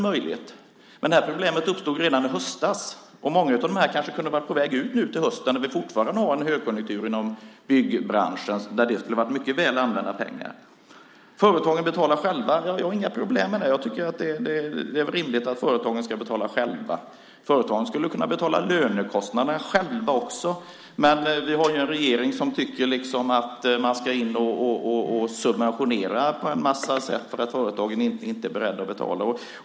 Men problemet uppstod redan i höstas, och många av de här människorna kunde kanske ha varit på väg ut nu till hösten när vi fortfarande har högkonjunktur inom byggbranschen. Det skulle ha varit mycket väl använda pengar. Företagen betalar själva, säger ministern. Vi har inga problem med det. Jag tycker att det är rimligt att företagen ska betala själva. De skulle kunna betala lönekostnaderna själva också, men vi har ju en regering som tycker att man ska gå in och subventionera på en massa sätt därför att företagen inte är beredda att betala.